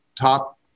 top